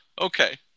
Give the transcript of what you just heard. Okay